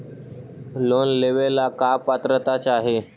Loan लेवेला का पात्रता चाही?